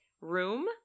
Room